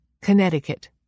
Connecticut